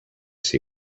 see